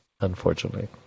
Unfortunately